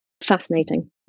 fascinating